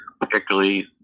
particularly